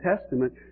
Testament